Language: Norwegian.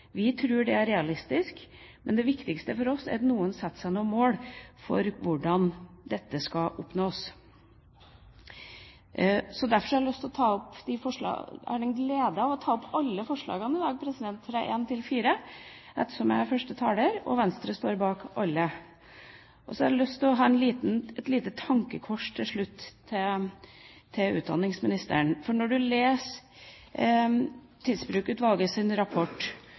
Vi har sagt 25 pst. Vi tror det er realistisk. Men det viktigste for oss er at noen setter seg noen mål for hvordan dette skal oppnås. Derfor har jeg den glede å ta opp alle forslagene, forslagene nr. 1–4, ettersom jeg er første taler og Venstre står bak alle. Så har jeg lyst til å komme med et lite tankekors til slutt, til utdanningsministeren. For når du leser Tidsbrukutvalgets rapport,